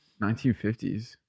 1950s